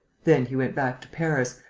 then he went back to paris,